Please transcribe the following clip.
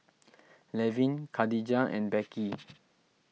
Levin Khadijah and Becky